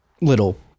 little